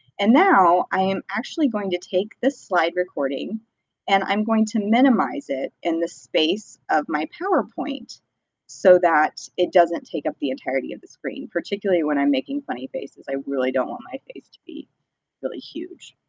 and now, i am actually going to take this slide recording and i'm going to minimize it in the space of my powerpoint so that it doesn't take up the entirety of the screen, particularly when i'm making funny faces. i really don't want my face to really huge.